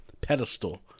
pedestal